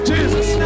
Jesus